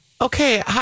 Okay